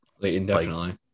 Indefinitely